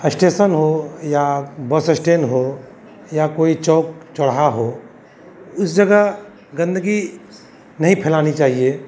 station हो या bus stand हो या कोई चौक चौराहा हो उस जगह गंदगी नहीं फैलानी चाहिए